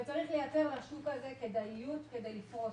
צריך לייצר לשוק הזה כדאיות כדי לפרוץ.